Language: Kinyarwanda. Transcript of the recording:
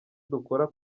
dukora